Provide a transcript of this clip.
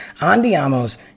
Andiamo's